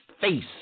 face